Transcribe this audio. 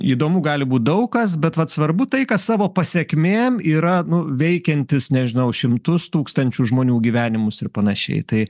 įdomu gali būt daug kas bet vat svarbu tai kas savo pasekmėm yra nu veikiantis nežinau šimtus tūkstančių žmonių gyvenimus ir panašiai tai